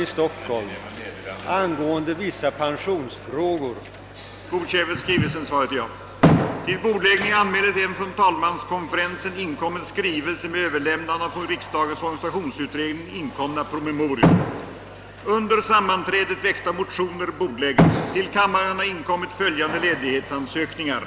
För att fullgöra författningsenlig militärtjänstgöring anhåller jag om ledighet från riksdagsarbetet under tiden 3 5 1967.